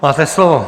Máte slovo.